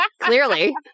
Clearly